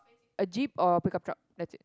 a jeep or a pickup truck that's it